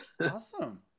Awesome